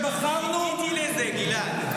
שבחרנו, עניתי על זה, גלעד.